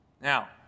Now